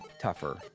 tougher